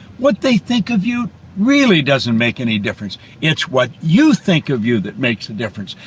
what they think of you really doesn't make any difference it's what you think of you that makes a difference.